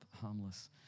harmless